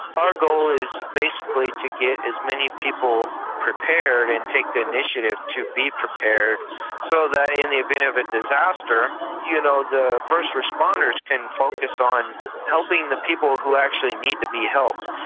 our goal is basically to get as many people prepared and take the initiative to be prepared so that in the event of a disaster you know the first responders can focus on helping the people who actually need to be helped.